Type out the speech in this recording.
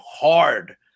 hard